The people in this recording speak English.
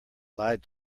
lied